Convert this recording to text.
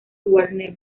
warner